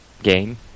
Game